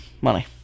Money